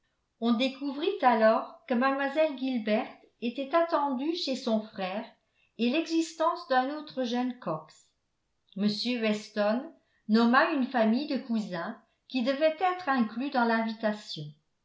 on découvrit alors que mlle gilberte était attendue chez son frère et l'existence d'un autre jeune cox m weston nomma une famille de cousins qui devaient être inclus dans l'invitation